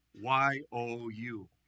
Y-O-U